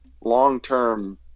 long-term